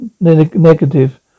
negative